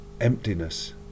emptiness